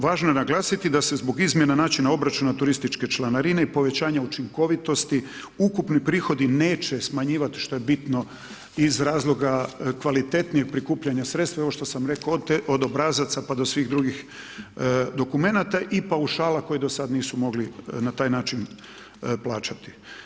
Važno je naglasiti da se zbog izmjena načina obračuna turističke članarine i povećanja učinkovitosti, ukupni prihodi neće smanjivati što je bitno iz razloga kvalitetnijeg prikupljanja sredstva, i ovo što sam rekao od obrazaca pa do svih drugih dokumenata i paušala koji do sada nisu mogli na taj način plaćati.